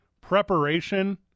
preparation